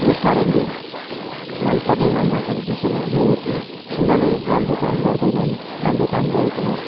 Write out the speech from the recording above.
यस कारणले मनपर्ने नमनपर्ने विषयमा यो हो कि उनीहरूले राम्रो काम गर्दैनन् राम्रो काम गरेकोमा